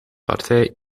partij